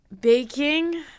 Baking